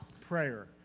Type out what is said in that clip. prayer